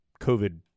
COVID